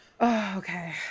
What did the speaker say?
Okay